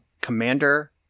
Commander